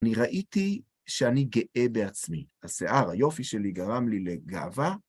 אני ראיתי שאני גאה בעצמי, השיער, היופי שלי גרם לי לגאווה.